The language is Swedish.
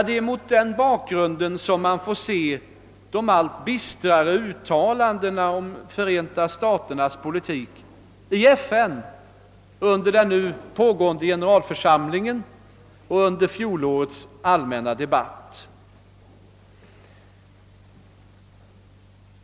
Det är mot denna bakgrund man får se de allt bistrare uttalandena i FN om Förenta staternas politik under den nu pågående generalförsamlingen och under fjolårets allmänna debatt.